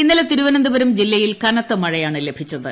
ഇന്നലെ തിരുവനന്തപുരം ജില്ലയിൽ കനത്ത മഴയാണ് ലഭിച്ചത്